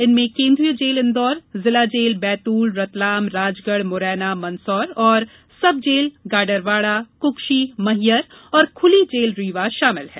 इनमें केन्द्रीय जेल इंदौर जिला जेल बैतूल रतलाम राजगढ़ मुरैना मंदसौर तथा सब जेल गाडरवारा मैहर और खुली जेल रीवा शामिल हैं